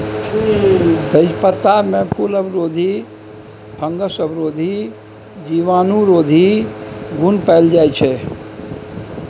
तेजपत्तामे फुलबरोधी, फंगसरोधी, जीवाणुरोधी गुण पाएल जाइ छै